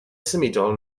symudol